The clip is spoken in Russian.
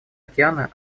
океана